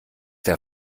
der